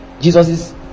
Jesus